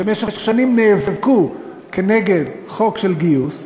שבמשך שנים נאבקו נגד חוק של גיוס ואמרו: